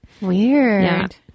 Weird